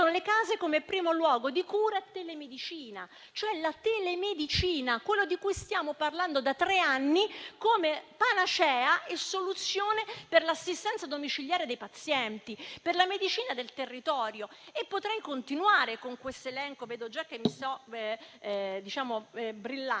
sono le case come primo luogo di cura e telemedicina. La telemedicina è ciò di cui stiamo parlando da tre anni come panacea e soluzione per l'assistenza domiciliare dei pazienti, per la medicina del territorio. Potrei continuare con l'elenco, ma vedo già che il microfono